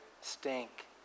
stink